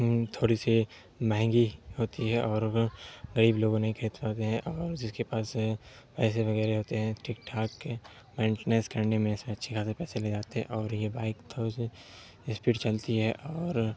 تھوڑی سی مہنگی ہوتی ہے اور غریب لوگ نہیں خرید پاتے ہیں اور جس کے پاس پیسے وغیرہ ہوتے ہیں ٹھیک ٹھاک مینٹنینس کرنے میں اسے اچھے کھاصے پیسے لگ جاتے اور یہ بائک تھوڑی سی اسپیڈ چلتی ہے اور